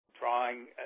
drawing